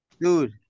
Dude